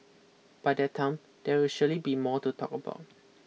by that time there will surely be more to talk about